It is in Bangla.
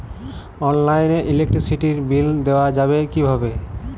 অনলাইনে ইলেকট্রিসিটির বিল দেওয়া যাবে কিভাবে?